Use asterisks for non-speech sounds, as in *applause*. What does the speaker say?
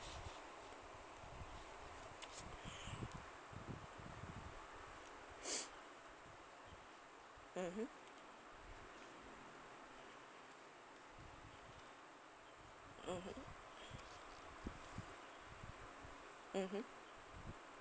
*breath* mmhmm mmhmm mmhmm